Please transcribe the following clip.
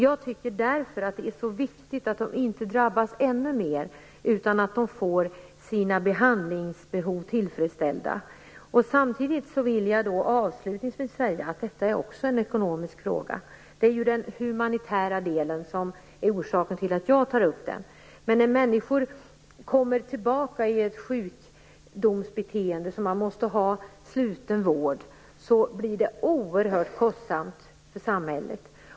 Jag anser därför att det är så viktigt att dessa människor inte drabbas ännu mer utan att de får sina behandlingsbehov tillfredsställda. Avslutningsvis vill jag säga att detta också är en ekonomisk fråga. Det är ju det humanitära som är orsaken till att jag tar upp denna fråga. Men när människor kommer tillbaka med ett sjukdomsbeteende som kräver sluten vård blir det oerhört kostsamt för samhället.